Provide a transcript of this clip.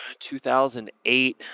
2008